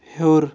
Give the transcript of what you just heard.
ہیٚور